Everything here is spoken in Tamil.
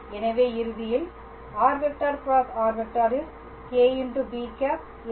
எனவே இறுதியில் r × r is κb̂s3